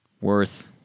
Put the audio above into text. worth